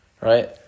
Right